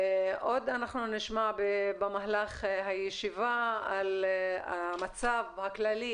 עוד אנחנו נשמע במהלך הישיבה על המצב הכללי